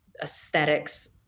aesthetics